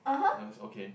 no it's okay